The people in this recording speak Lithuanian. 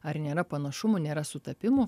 ar nėra panašumų nėra sutapimų